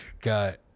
got